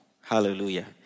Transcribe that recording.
Hallelujah